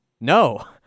no